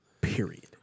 period